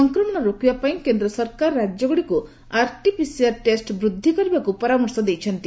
ସଂକ୍ରମଣ ରୋକିବାପାଇଁ କେନ୍ଦ୍ର ସରକାର ରାଜ୍ୟଗୁଡ଼ିକୁ ଆର୍ଟିପିସିଆର୍ ଟେଷ୍ଟ ବୃଦ୍ଧି କରିବାକୁ ପରାମର୍ଶ ଦେଇଛନ୍ତି